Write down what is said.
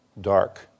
dark